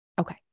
Okay